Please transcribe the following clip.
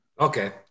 Okay